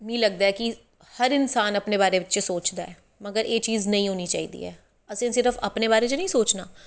मीं लगदा ऐ कि हर इंसान अपनें बारे च सोचदा ऐ मगर एह् चीज़ नी होनी चाही दी ऐ असैं सिर्फ अपनें बारे च नी सोचनां